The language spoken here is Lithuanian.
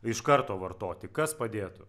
iš karto vartoti kas padėtų